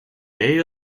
day